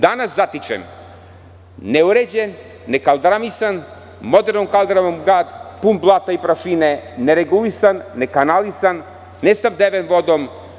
Danas zatičem neuređen, nekaldramisan modernom kaldrmom, grad pun blata i prašine, neregulisan, nekanalisan, nesnabdeven vodom.